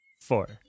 four